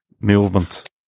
movement